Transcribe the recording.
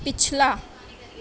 پچھلا